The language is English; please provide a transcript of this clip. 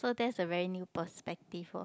so that's a very new perspective for